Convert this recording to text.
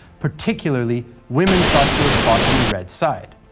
particularly women thought to have fought on the red side.